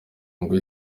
ngo